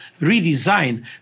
redesign